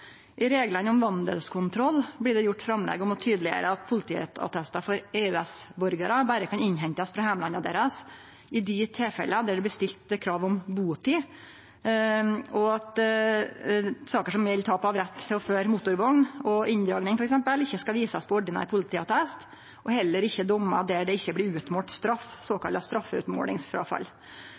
I reglane om vandelskontroll blir det gjort framlegg om å tydeleggjere at politiattestar for EØS-borgarar berre kan innhentast frå heimlandet deira i dei tilfella det blir stilt krav om butid, og at saker som gjeld inndraging og tap av rett til å føre motorvogn, f.eks., ikkje skal visast på ordinær politiattest, og heller ikkje dommar der det ikkje blir utmålt straff, såkalla